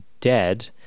dead